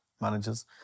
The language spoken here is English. managers